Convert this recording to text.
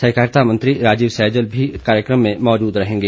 सहकारिता मंत्री राजीव सैजल भी कार्यक्रम में मौजूद रहेंगे